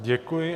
Děkuji.